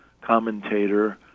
commentator